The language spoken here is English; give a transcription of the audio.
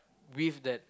with that